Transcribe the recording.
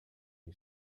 you